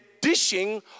dishing